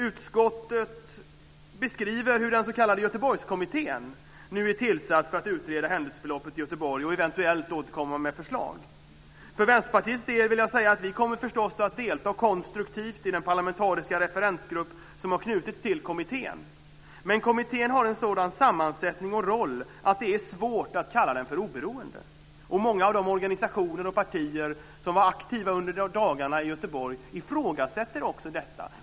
Utskottet beskriver hur den s.k. Göteborgskommittén nu har tillsatts för att utreda händelseförloppet i Göteborg och eventuellt återkomma med förslag. För Vänsterpartiets del vill jag säga att vi förstås kommer att delta konstruktivt i den parlamentariska referensgrupp som har knutits till kommittén. Men kommittén har en sådan sammansättning och roll att det är svårt att kalla den oberoende. Många av de organisationer som var aktiva under dagarna i Göteborg ifrågasätter också detta.